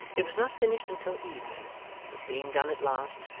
it was not finished until evening but, being done at last,